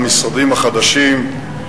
המשרדים החדשים,